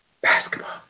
basketball